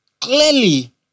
clearly